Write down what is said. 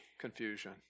confusion